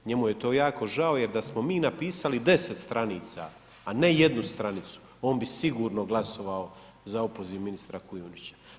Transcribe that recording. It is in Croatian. Njemu je to jako žao jer da smo mi napisali 10 stranica a ne 1 stranicu on bi sigurno glasovao za opoziv ministra Kujundića.